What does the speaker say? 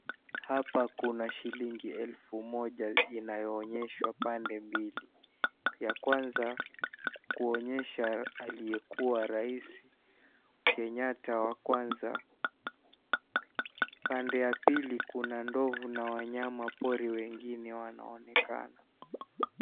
Hapa kuna shilingi elfu moja inayoonyeshwa pande mbili ya kwanza kuonyesha aliyekuwa rais Kenyatta wa kwanza pande ya pili kuna ndovu na wanyama pori wengine wanaonekana.